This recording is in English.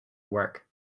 work